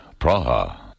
Praha